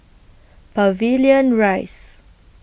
Pavilion Rise